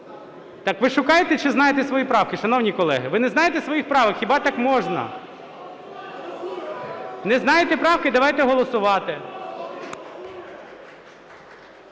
Так, ви шукаєте чи знаєте свої правки, шановні колеги? Ви не знаєте свої правок, хіба так можна? Не знаєте правки, давайте голосувати.